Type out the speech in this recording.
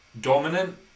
dominant